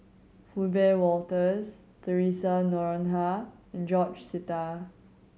Wiebe Wolters Theresa Noronha and George Sita